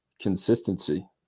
consistency